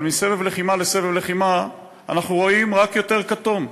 אבל מסבב לחימה לסבב לחימה אנחנו רואים רק יותר כתום,